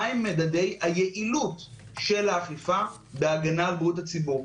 מהם מדדי היעילות של האכיפה בהגנה על בריאות הציבור?